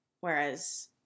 whereas